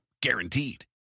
Guaranteed